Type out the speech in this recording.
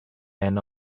and